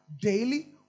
daily